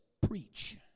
preach